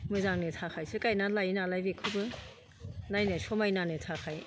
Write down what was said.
मोजांनि थाखायसो गायनानै लायो नालाय बेखौबो नायनो समायनानि थाखाय